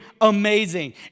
amazing